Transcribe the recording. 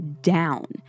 down